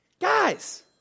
Guys